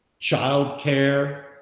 childcare